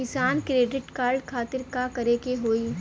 किसान credit card खातिर का करे के होई?